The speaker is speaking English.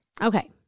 Okay